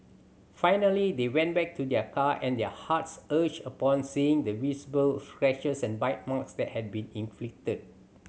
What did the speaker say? finally they went back to their car and their hearts ached upon seeing the visible scratches and bite marks that had been inflicted